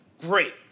Great